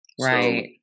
right